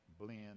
blend